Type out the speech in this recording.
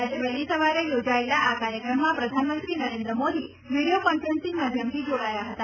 આજે વહેલી સવારે યોજાયેલા આ કાર્યક્રમમાં પ્રધાનમંત્રી નરેન્દ્ર મોદી વીડિયો કોન્ફરન્સીંગ માધ્યમથી જોડાયા હતા